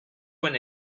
when